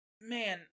man